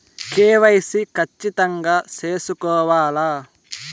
KYC ఖచ్చితంగా సేసుకోవాలా